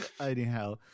Anyhow